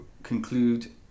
Conclude